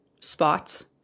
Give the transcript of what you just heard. spots